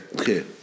Okay